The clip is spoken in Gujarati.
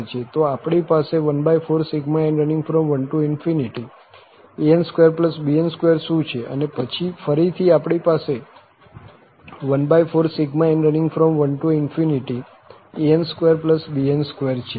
તો આપણી પાસે 14n1an2bn2 શું છે અને પછી ફરીથી આપણી પાસે 14n1an2bn2 છે